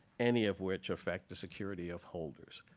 any of which affect the security of holders.